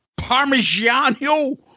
Parmigiano